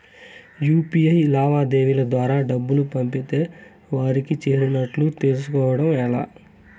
UPI లావాదేవీల ద్వారా డబ్బులు పంపితే వారికి చేరినట్టు తెలుస్కోవడం ఎలా?